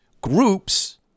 groups